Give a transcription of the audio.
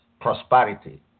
prosperity